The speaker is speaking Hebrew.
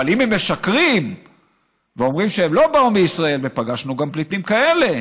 אבל אם הם משקרים ואומרים שהם לא באו מישראל ופגשנו גם פליטים כאלה,